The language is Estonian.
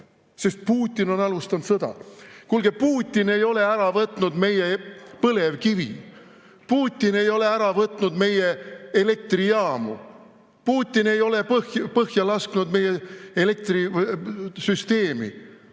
sest Putin on alustanud sõda. Kuulge, Putin ei ole ära võtnud meie põlevkivi. Putin ei ole ära võtnud meie elektrijaamu. Putini ei ole põhja lasknud meie elektrisüsteemi.